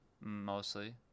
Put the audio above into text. mostly